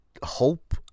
Hope